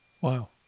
Wow